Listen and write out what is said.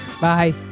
Bye